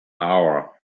hour